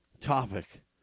topic